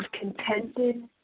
contented